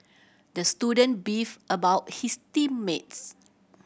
the student beefed about his team mates